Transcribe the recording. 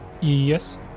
Yes